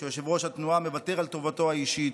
שיושב-ראש התנועה מוותר על טובתו האישית,